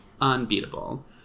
unbeatable